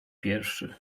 pierwszy